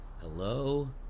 Hello